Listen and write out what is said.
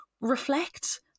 reflect